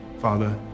father